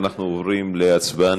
אנחנו עוברים להצבעה.